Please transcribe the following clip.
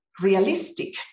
realistic